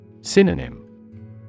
Synonym